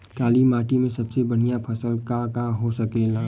काली माटी में सबसे बढ़िया फसल का का हो सकेला?